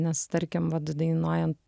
nes tarkim vat dainuojant